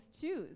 choose